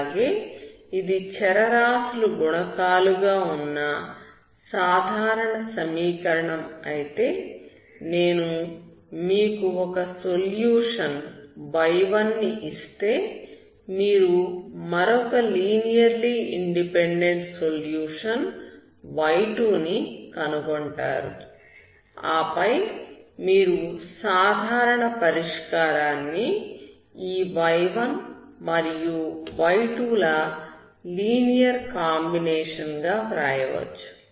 అలాగే ఇది చరరాశులు గుణకాలు గా ఉన్న సాధారణ సమీకరణం అయితే నేను మీకు ఒక సొల్యూషన్ y1 ని ఇస్తే మీరు మరొక లీనియర్లీ ఇండిపెండెంట్ సొల్యూషన్ y2 ని కనుగొంటారు ఆపై మీరు సాధారణ పరిష్కారాన్ని ఈ y1 మరియు y2 ల లీనియర్ కాంబినేషన్ గా వ్రాయవచ్చు